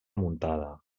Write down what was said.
muntada